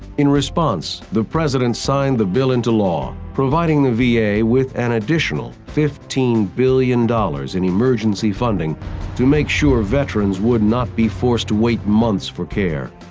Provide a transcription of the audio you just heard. in response, the president signed the bill into law, providing the va with an additional fifteen billion dollars in emergency funding to make sure veterans would not be forced to wait months for care.